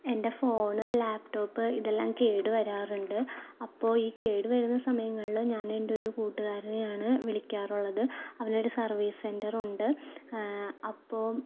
എൻ്റെ phone laptop ഇതെല്ലാം കേട് വരാറുണ്ട് അപ്പോൾ ഈ കേടു വരുന്ന സമയങ്ങളില് ഞാനെൻറ്റെയൊരു കൂട്ടുകാരനെയാണ് വിളിക്കാറുള്ളത് അവനൊരു സർവീസ് സെൻറ്ററുണ്ട് അപ്പോൾ